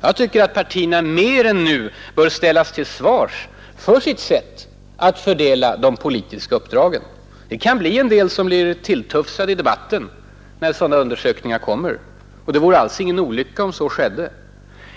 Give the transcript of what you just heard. Jag tycker att partierna mer än nu bör ställas till svars för sitt sätt att fördela de politiska uppdragen. Det kan bli en del som blir tilltufsade i debatten när sådana undersökningar kommer. Det vore alls ingen olycka om så skedde.